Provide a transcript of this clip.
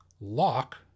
lock